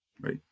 right